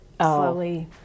slowly